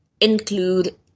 include